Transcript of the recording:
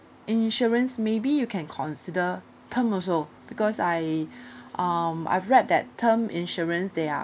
insurance maybe you can consider term also because I um I've read that term insurance they are